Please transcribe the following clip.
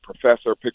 Professor